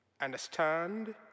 understand